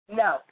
no